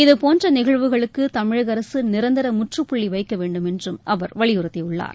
இதபோன்ற நிகழ்வுகளுக்கு தமிழக அரசு நிரந்தர முற்றுப்புள்ளி வைக்க வேண்டும் என்றும் அவர் வலியுறுத்தியுள்ளார்